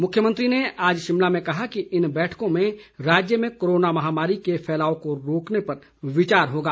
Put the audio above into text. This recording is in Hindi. मुख्यमंत्री ने आज शिमला में कहा कि इन बैठकों में राज्य में कोरोना महामारी के फैलाव को रोकने पर विचार होगा